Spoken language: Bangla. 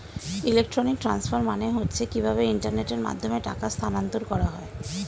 ইলেকট্রনিক ট্রান্সফার মানে হচ্ছে কিভাবে ইন্টারনেটের মাধ্যমে টাকা স্থানান্তর করা হয়